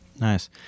Nice